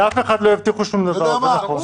לאף אחד לא הבטיחו שום דבר, זה נכון.